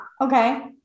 Okay